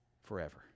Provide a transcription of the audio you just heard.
forever